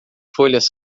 folhas